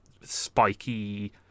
spiky